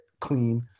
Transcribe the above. clean